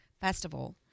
festival